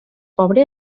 pobre